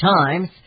times